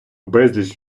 безліч